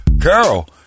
Carol